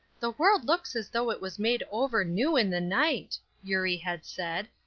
the world looks as though it was made over new in the night, eurie had said,